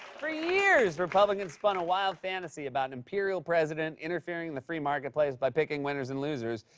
for years republicans spun a wild fantasy about an imperial president interfering in the free marketplace by picking winners and losers,